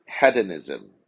hedonism